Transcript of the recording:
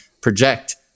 project